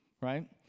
right